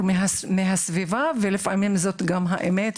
הסביבה משדרת לו כאילו מדובר